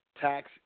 tax